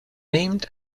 named